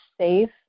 safe